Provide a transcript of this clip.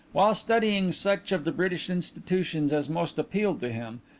while studying such of the british institutions as most appealed to him,